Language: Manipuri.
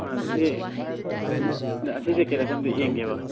ꯑꯥ ꯁꯤ ꯑꯁꯤ ꯖꯦꯛꯀꯦꯠ ꯑꯁꯤ ꯑꯃꯨꯛꯇ ꯌꯦꯡꯒꯦꯕ